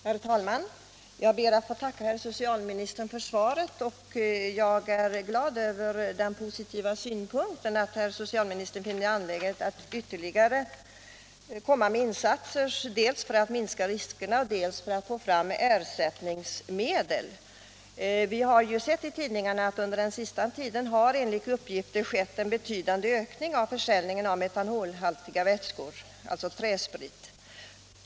Herr talman! Jag ber att få tacka herr socialministern för svaret. Jag är glad över att socialministern anlade positiva synpunkter när det gäller ytterligare insatser dels för att minska riskerna, dels för att få fram ersättningsmedel. Enligt tidningsuppgifter har under den senaste tiden skett en betydande ökning av försäljningen av metanolhaltiga vätskor, alltså träsprit.